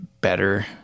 better